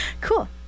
Cool